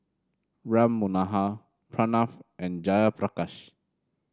Ram Manohar Pranav and Jayaprakash